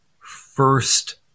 first